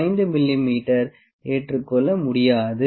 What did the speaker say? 5 மிமீ ஏற்றுக்கொள்ள முடியாது